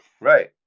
Right